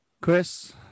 Chris